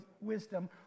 wisdom